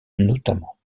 notamment